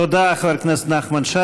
תודה, חבר הכנסת נחמן שי.